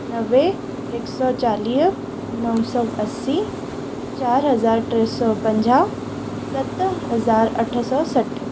नवे हिक सौ चालीह नव सौ असी चारि हज़ार टे सौ पंंजाह सत हज़ार अठ सौ सठि